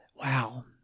Wow